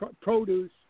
produce